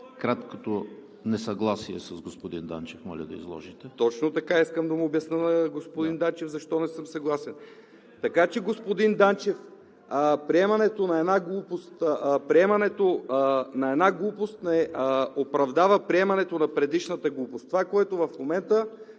Краткото Ви несъгласие с господин Данчев, моля да изложите. ХРИСТО ПРОДАНОВ: Точно така, искам да обясня на господин Данчев защо не съм съгласен. Господин Данчев, приемането на една глупост не оправдава приемането на предишната глупост. Това, което в момента